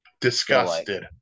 Disgusted